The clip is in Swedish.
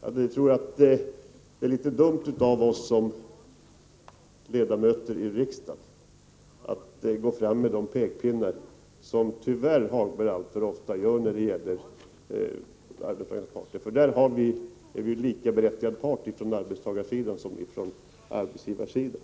Jag tror att det är litet dumt av oss som ledamöter i riksdagen att gå fram med pekpinnar på det sätt som Lars-Ove Hagberg tyvärr alltför ofta gör. När det gäller överenskommelser på arbetsmarknaden är arbetstagarsidan lika berättigad part som arbetsgivarsidan.